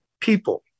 people